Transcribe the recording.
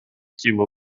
тіло